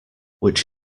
which